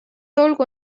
olgu